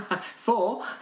four